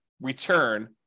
return